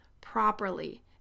properly